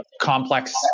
complex